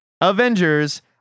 Avengers